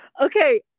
Okay